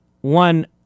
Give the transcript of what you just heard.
one